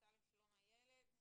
המועצה לשלום הילד.